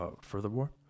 furthermore